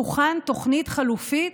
תוכן תוכנית חלופית,